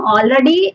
Already